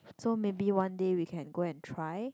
so maybe one day we can go and try